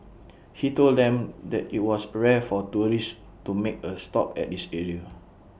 he told them that IT was rare for tourists to make A stop at this area